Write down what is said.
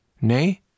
nay